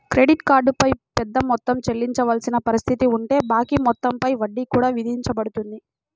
credit card పై పెద్ద మొత్తం చెల్లించవలసిన పరిస్థితి ఉంటే బాకీ మొత్తం పై వడ్డీ కూడా విధించబడుతుంది